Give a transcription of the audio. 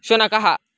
शुनकः